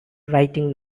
writing